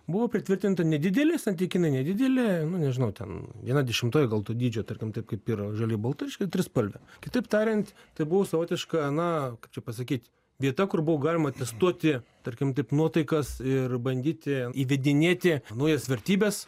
buvo pritvirtinta nedidelė santykinai nedidelė nu nežinau ten viena dešimtoji gal to dydžio tarkim taip kaip yra žaliai balta reiškia trispalvė kitaip tariant tai buvo savotiška na kaip čia pasakyt vieta kur buvo galima testuoti tarkim taip nuotaikas ir bandyti įvedinėti naujas vertybes